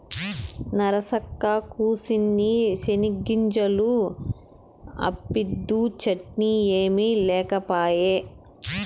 నరసక్కా, కూసిన్ని చెనిగ్గింజలు అప్పిద్దూ, చట్నీ ఏమి లేకపాయే